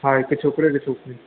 हा हिकु छोकिरो हिक छोकिरी